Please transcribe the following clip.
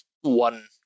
one